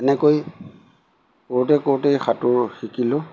এনেকৈ কৰোঁতে কৰোঁতে সাঁতোৰ শিকিলোঁ